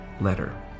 letter